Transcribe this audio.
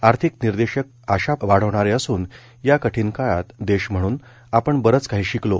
आर्थिक निर्देशक आशा वाढवणारे असून या कठीण काळात देश म्हणून आपण बरंच काही शिकलो